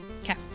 Okay